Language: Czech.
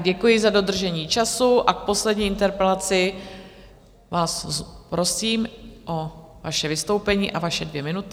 Děkuji za dodržení času a v poslední interpelaci vás prosím o vaše vystoupení a vaše dvě minuty.